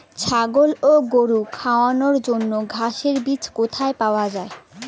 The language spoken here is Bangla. ছাগল ও গরু খাওয়ানোর জন্য ঘাসের বীজ কোথায় পাওয়া যায়?